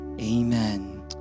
amen